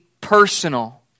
personal